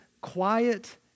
quiet